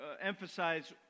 emphasize